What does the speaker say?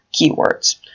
keywords